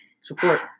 support